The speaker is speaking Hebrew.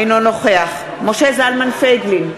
אינו נוכח משה זלמן פייגלין,